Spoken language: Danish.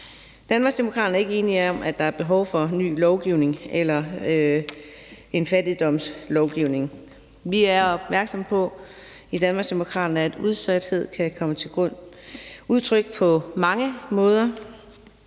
er ikke enige i, at der er behov for ny lovgivning eller en fattigdomslovgivning. Vi er opmærksomme på i Danmarksdemokraterne, at udsathed kan komme til udtryk på mange måder.